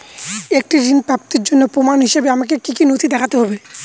একটি ঋণ প্রাপ্তির জন্য প্রমাণ হিসাবে আমাকে কী কী নথি দেখাতে হবে?